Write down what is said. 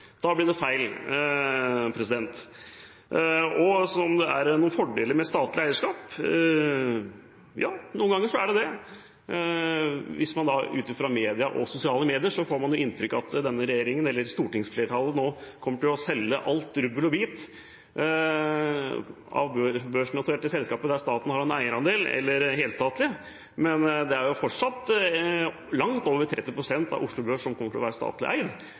Om det er noen fordeler ved statlig eierskap: Ja, noen ganger er det det. Ut fra media og sosiale medier får man inntrykk av at denne regjeringen, eller stortingsflertallet, kommer til å selge alt, rubbel og bit, av børsnoterte selskaper der staten har en eierandel, eller helstatlige. Men det er fortsatt langt over 30 pst. på Oslo Børs som kommer til å være statlig eid,